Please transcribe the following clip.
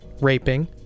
raping